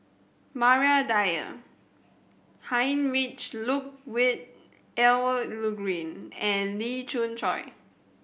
Maria Dyer Heinrich Ludwig Emil Luering and Lee Khoon Choy